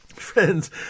friends